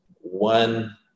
one